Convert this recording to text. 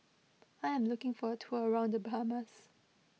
I am looking for a tour around the Bahamas